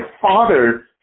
father